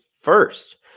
first